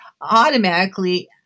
automatically